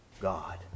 God